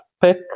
pick